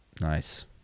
Nice